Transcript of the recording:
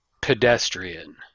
pedestrian